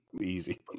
Easy